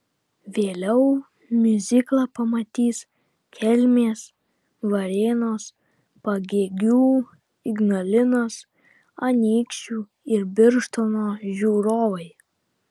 vėliau miuziklą pamatys kelmės varėnos pagėgių ignalinos anykščių ir birštono žiūrovai